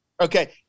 Okay